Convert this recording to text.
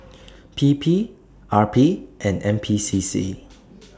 P P R P and N P C C